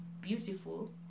beautiful